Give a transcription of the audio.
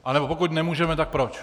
Anebo pokud nemůžeme, tak proč?